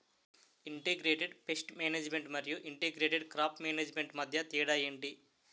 integrated pest management మరియు integrated crop management మధ్య తేడా ఏంటి